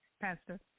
Pastor